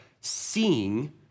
seeing